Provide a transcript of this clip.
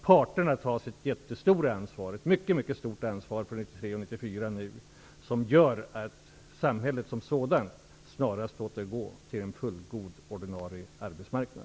Parterna tar nu ett mycket stort ansvar för 1993 och 1994, som medför att samhället som sådant snarast återgår till en fullgod ordinarie arbetsmarknad.